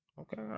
Okay